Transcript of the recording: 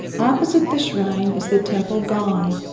opposite the shrine is the temple gong,